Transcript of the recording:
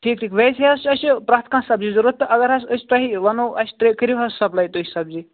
ٹھیٖک ٹھیٖک ویسے حظ چھُ اَسہِ پرٮ۪تھ کانٛہہ سبزی ضوٚرَتھ تہٕ اگر حظ أسۍ تۄہہِ وَنو اَسہِ تۄہہِ کٔرِو حظ سپلاے تۄہہِ سبزی